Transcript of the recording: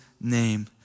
name